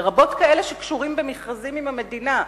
לרבות כאלה שקשורים במכרזים עם המדינה,